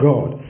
God